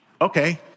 Okay